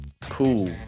cool